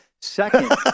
second